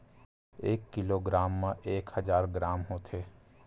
एक किलोग्राम मा एक हजार ग्राम होथे